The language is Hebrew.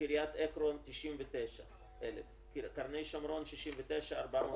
קריית עקרון 99,000, קרני שומרון 69,417,